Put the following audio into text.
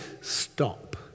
stop